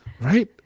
right